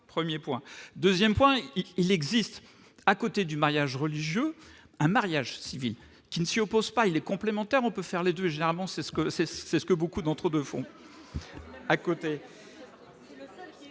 1er point 2ème point il existe à côté du mariage religieux un mariage civil qui ne s'y oppose pas, il est complémentaire, on peut faire les 2, généralement, c'est ce que c'est, c'est